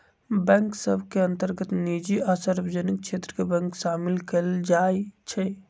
bank सभ के अंतर्गत निजी आ सार्वजनिक क्षेत्र के बैंक सामिल कयल जाइ छइ